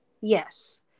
Yes